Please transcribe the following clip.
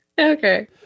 okay